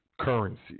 currency